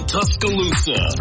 Tuscaloosa